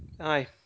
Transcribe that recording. aye